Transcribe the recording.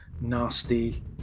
nasty